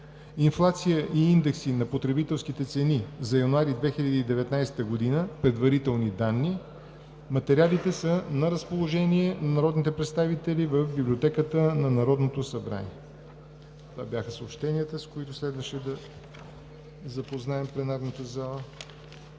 инфлация и индекси на потребителските цени за месец януари 2019 г. – предварителни данни. Материалите са на разположение на народните представители в Библиотеката на Народното събрание. Това бяха съобщенията, с които следваше да запозная пленарната зала.